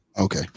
Okay